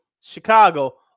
Chicago